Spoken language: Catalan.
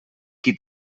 qui